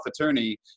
attorney